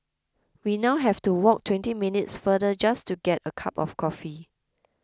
we now have to walk twenty minutes farther just to get a cup of coffee